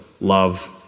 love